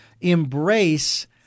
Embrace